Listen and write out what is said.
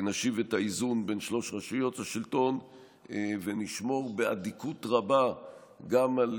נשיב את האיזון בין שלוש רשויות השלטון ונשמור באדיקות רבה גם על